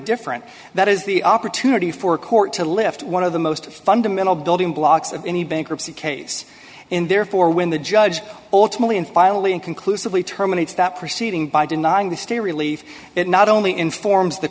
different that is the opportunity for court to lift one of the most fundamental building blocks of any bankruptcy case and therefore when the judge ultimately and finally and conclusively terminate that proceeding by denying the state a relief it not only informs the